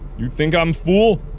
think i'm fool?